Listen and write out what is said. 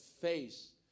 face